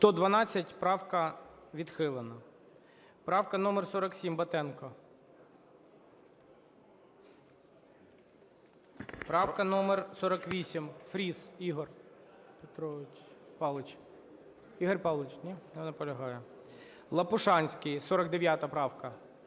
112. Правка відхилена. Правка номер 47, Батенко. Правка номер 48, Фріс Ігор Павлович. Ігор Павлович! Ні? Не наполягає. Лопушанський, 49 правка.